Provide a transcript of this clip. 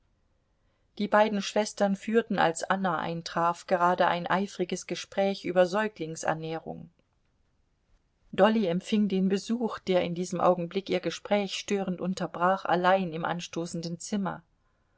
die beiden schwestern führten als anna eintraf gerade ein eifriges gespräch über säuglingsernährung dolly empfing den besuch der in diesem augenblick ihr gespräch störend unterbrach allein im anstoßenden zimmer